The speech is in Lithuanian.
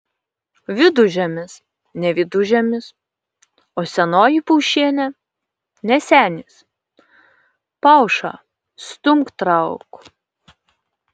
vidužiemis ne vidužiemis o senoji paušienė ne senis pauša stumk trauk